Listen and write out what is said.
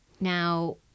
Now